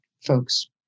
folks